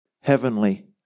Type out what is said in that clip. heavenly